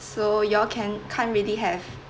so y'all can can't really have